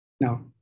Now